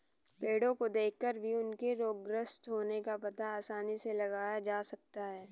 पेड़ो को देखकर भी उनके रोगग्रस्त होने का पता आसानी से लगाया जा सकता है